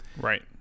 Right